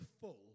full